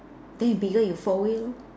then you bigger you fold it lor